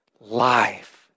Life